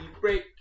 break